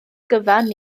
gyfan